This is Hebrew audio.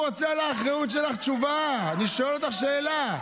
אני שואל אותך שאלה.